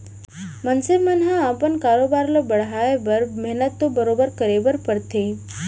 मनसे मन ह अपन कारोबार ल बढ़ाए बर मेहनत तो बरोबर करे बर परथे